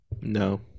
No